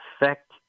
affect